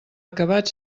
acabat